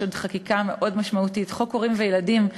יש עוד חקיקה מאוד משמעותית: חוק הורים וילדים,